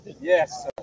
Yes